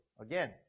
Again